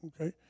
okay